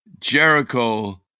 Jericho